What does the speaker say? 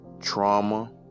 trauma